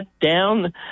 down